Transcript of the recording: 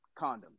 condoms